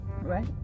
right